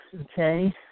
Okay